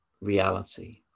reality